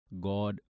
God